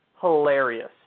hilarious